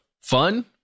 Fun